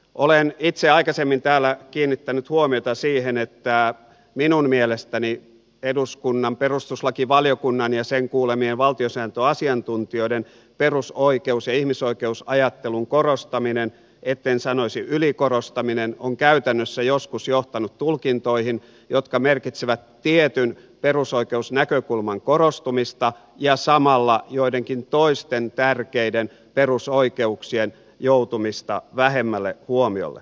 olen itse aikaisemmin täällä kiinnittänyt huomiota siihen että minun mielestäni eduskunnan perustuslakivaliokunnan ja sen kuulemien valtiosääntöasiantuntijoiden perusoikeus ja ihmisoikeusajattelun korostaminen etten sanoisi ylikorostaminen on käytännössä joskus johtanut tulkintoihin jotka merkitsevät tietyn perusoikeusnäkökulman korostumista ja samalla joidenkin toisten tärkeiden perusoikeuksien joutumista vähemmälle huomiolle